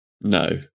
No